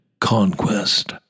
conquest